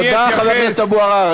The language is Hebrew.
תודה, חבר הכנסת אבו עראר.